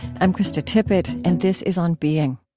i'm krista tippett, and this is on being